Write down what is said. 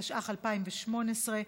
התשע"ח 2018,